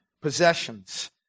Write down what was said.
Possessions